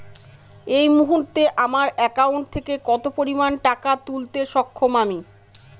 এই মুহূর্তে আমার একাউন্ট থেকে কত পরিমান টাকা তুলতে সক্ষম আমি?